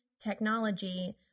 technology